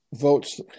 votes